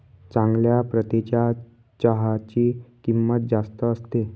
चांगल्या प्रतीच्या चहाची किंमत जास्त असते